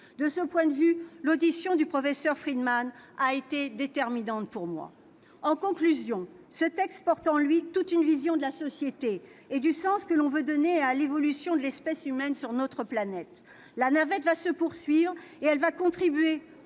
De ce point de vue, l'audition du professeur Frydman a été déterminante pour moi. En conclusion, ce texte porte en lui toute une vision de la société et du sens que l'on veut donner à l'évolution de l'espèce humaine sur notre planète. La navette va se poursuivre et elle va contribuer,